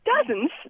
Dozens